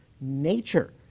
nature